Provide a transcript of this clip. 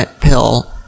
pill